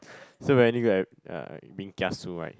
so uh being kiasu right